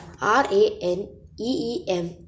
R-A-N-E-E-M